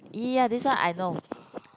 ya this one I know